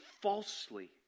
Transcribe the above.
falsely